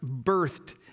birthed